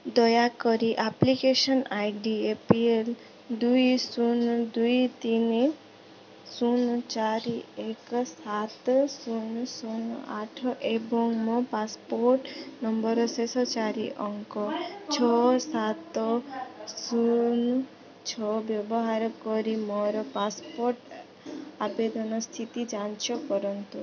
ଦୟାକରି application I D A P L ଦୁଇ ଶୂନୁ ଦୁଇ ତିନି ଶୂନ ଚାରି ଏକ ସାତ ଶୂନ ଶୂନ ଆଠ ଏବଂ ମୋ ପାସପୋର୍ଟ ନମ୍ବରର ଶେଷ ଚାରି ଅଙ୍କ ଛଅ ସାତ ଶୂନ ଛଅ ବ୍ୟବହାର କରି ମୋର ପାସପୋର୍ଟ ଆବେଦନ ସ୍ଥିତି ଯାଞ୍ଚ କରନ୍ତୁ